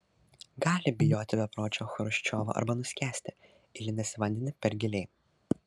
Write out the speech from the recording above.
gali bijoti bepročio chruščiovo arba nuskęsti įlindęs į vandenį per giliai